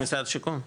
דרך משרד השיכון?